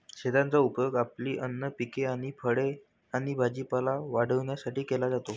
शेताचा उपयोग आपली अन्न पिके आणि फळे आणि भाजीपाला वाढवण्यासाठी केला जातो